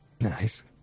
Nice